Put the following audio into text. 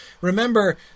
Remember